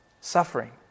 suffering